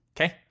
Okay